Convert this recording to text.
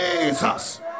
Jesus